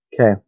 Okay